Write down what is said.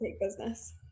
business